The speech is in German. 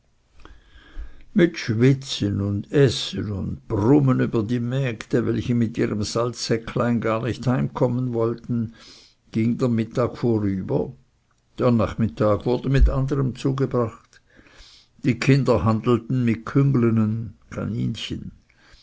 mit schwitzen und essen und brummen über die mägde welche mit ihrem salzsäcklein gar nicht heimkommen wollten ging der mittag vorüber der nachmittag wurde mit anderem zugebracht die kinder handelten mit